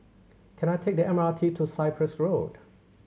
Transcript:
can I take the M R T to Cyprus Road